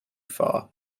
far